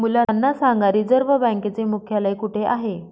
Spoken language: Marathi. मुलांना सांगा रिझर्व्ह बँकेचे मुख्यालय कुठे आहे